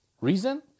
Reason